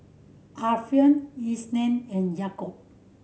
Alfian Isnin and Yaakob